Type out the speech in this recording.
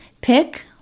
Pick